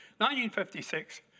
1956